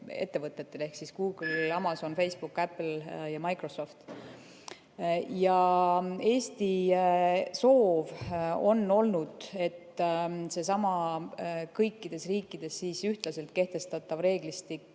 ettevõtetele ehk Google'ile, Amazonile, Facebookile, Apple'ile ja Microsoftile. Eesti soov on olnud, et seesama kõikides riikides ühtlaselt kehtestatav reeglistik